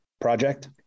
project